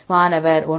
மாணவர் 1